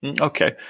Okay